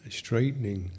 straightening